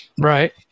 Right